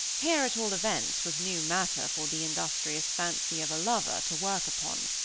here at all events was new matter for the industrious fancy of a lover to work upon.